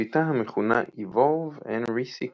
שיטה המכונה Evolve and Resequence.